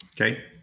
Okay